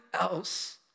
else